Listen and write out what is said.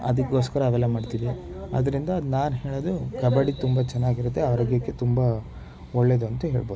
ಅದಕ್ಕೋಸ್ಕರ ಅವೆಲ್ಲ ಮಾಡ್ತೀವಿ ಅದರಿಂದ ನಾನು ಹೇಳೋದು ಕಬಡ್ಡಿ ತುಂಬ ಚೆನ್ನಾಗಿರುತ್ತೆ ಆರೋಗ್ಯಕ್ಕೆ ತುಂಬ ಒಳ್ಳೇದೂಂತ ಹೇಳ್ಬೋದು